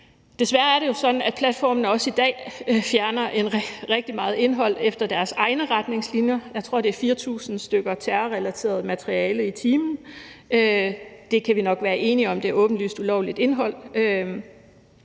Desværre er det jo sådan, at platformene også i dag fjerner rigtig meget indhold efter deres egne retningslinjer. Jeg tror, det er 4.000 stykker terrorrelateret materiale i timen. Det kan vi nok være enige om er åbenlyst ulovligt indhold.